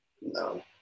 No